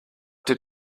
did